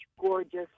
gorgeous